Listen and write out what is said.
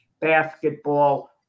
Basketball